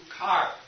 car